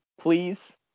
Please